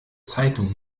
zeitung